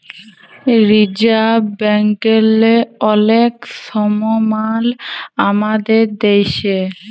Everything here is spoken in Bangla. রিজাভ ব্যাংকেরলে অলেক সমমাল আমাদের দ্যাশে